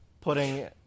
putting